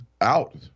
out